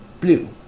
Blue